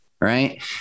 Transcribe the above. right